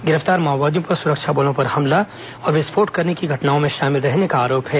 गिरफ्तार माओवादियों पर सुरक्षा बलों पर हमला और विस्फोट करने की घटनाओं में शामिल रहने का आरोप है